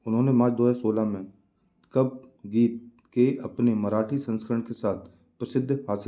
उन्होंने मार्च दो हज़ार सोलह में कप गीत के अपने मराठी संस्करण के साथ प्रसिद्ध हासिल की